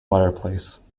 fireplace